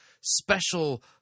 special